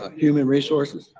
ah human resources.